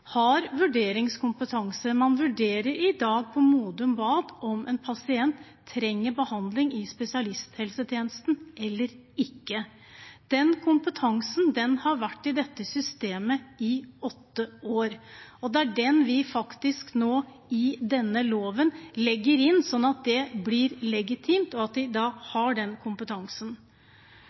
har vurderingskompetanse. Man vurderer i dag på Modum Bad om en pasient trenger behandling i spesialisthelsetjenesten eller ikke. Den kompetansen har vært i dette systemet i åtte år. Det er den vi nå legger inn i denne loven, sånn at det blir legitimt og vi har den kompetansen. Jeg har lyst til å si at